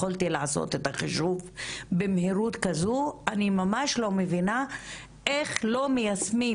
יכולתי לעשות את החישוב במהירות כזו אני ממש לא מבינה איך לא מיישמים